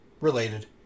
related